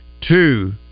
two